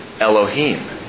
Elohim